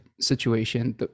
situation